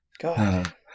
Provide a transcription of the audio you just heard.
God